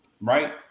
Right